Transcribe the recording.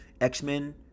X-Men